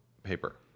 paper